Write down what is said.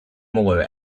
moore